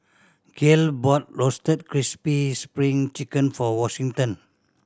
Gale bought Roasted Crispy Spring Chicken for Washington